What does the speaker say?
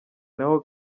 naho